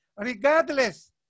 regardless